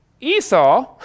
Esau